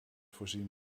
voorzien